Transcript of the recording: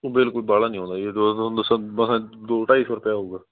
ਬਿਲਕੁਲ ਬਾਹਲਾ ਨਹੀਂ ਆਉਂਦਾ ਜੀ ਜੋ ਤੁਹਾਨੂੰ ਦੱਸਿਆ ਮਸਾਂ ਦੋ ਢਾਈ ਸੌ ਰੁਪਇਆ ਆਵੇਗਾ